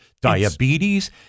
diabetes